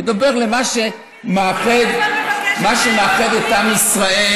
אני מדבר על מה שמאחד את עם ישראל,